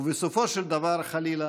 ובסופו של דבר, חלילה,